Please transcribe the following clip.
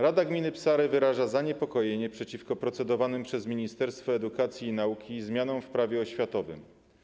Rada Gminy Psary wyraża zaniepokojenie w związku z procedowanymi przez Ministerstwo Edukacji i Nauki zmianami w prawie oświatowym.